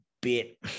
bit